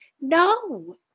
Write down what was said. no